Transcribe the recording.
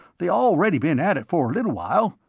they already been at it for a little while.